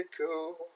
cool